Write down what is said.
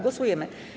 Głosujemy.